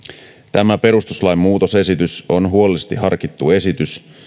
tämä perustuslain muutosesitys on huolellisesti harkittu esitys